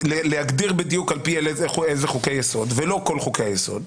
להגדיר על פי אלו חוקי יסוד הבטלות ולא כל חוקי היסוד,